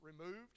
removed